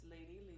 Lady